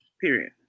Period